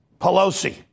Pelosi